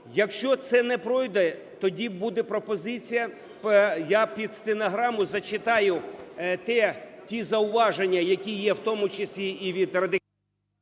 Якщо це не пройде, тоді буде пропозиція, я під стенограму зачитаю ті зауваження, які є, в тому числі і від Радикальної…